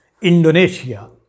Indonesia